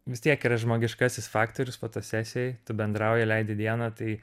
vis tiek yra žmogiškasis faktorius fotosesijoj tu bendrauji leidi dieną tai